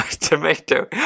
tomato